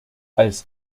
als